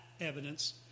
evidence